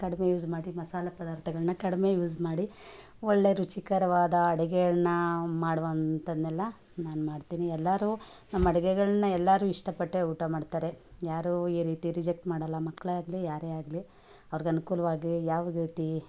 ಕಡಿಮೆ ಯೂಸ್ ಮಾಡಿ ಮಸಾಲೆ ಪದಾರ್ಥಗಳನ್ನ ಕಡಿಮೆ ಯೂಸ್ ಮಾಡಿ ಒಳ್ಳೆ ರುಚಿಕರವಾದ ಅಡುಗೆಗಳ್ನ ಮಾಡುವಂತನ್ನೆಲ್ಲ ನಾನು ಮಾಡ್ತೀನಿ ಎಲ್ಲರು ನಮ್ಮ ಅಡುಗೆಗಳನ್ನ ಎಲ್ಲಾರು ಇಷ್ಟಪಟ್ಟೆ ಊಟ ಮಾಡ್ತಾರೆ ಯಾರು ಈ ರೀತಿ ರಿಜೆಕ್ಟ್ ಮಾಡಲ್ಲ ಮಕ್ಕಳೇ ಆಗಲಿ ಯಾರೇ ಆಗಲಿ ಅವರಿಗೆ ಅನುಕೂಲವಾಗಿ ಯಾವ ರೀತಿ